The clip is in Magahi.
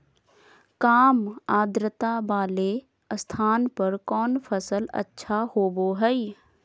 काम आद्रता वाले स्थान पर कौन फसल अच्छा होबो हाई?